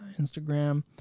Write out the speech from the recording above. instagram